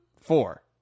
four